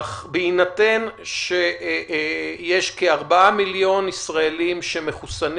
בהינתן שיש כ-4 מיליון ישראלים שמחוסנים